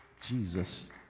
Jesus